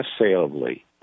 unassailably